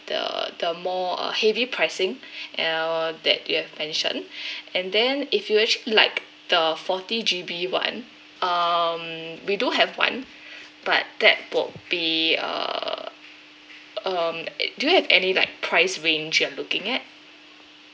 the the more uh heavy pricing and I'll that you've mentioned and then if you actually like the forty G_B [one] um we do have one but that would be uh um do you have any like price range you're looking at